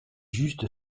juste